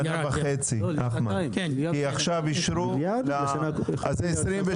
בשנה וחצי, אחמד, כי עכשיו אישרו, אז 2023,